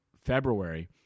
February